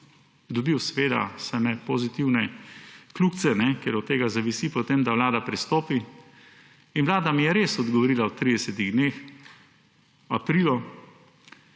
dobil seveda same pozitivne kljukice, ker od tega potem zavisi, da vlada pristopi in vlada mi je res odgovorila v 30 dneh, v aprilu,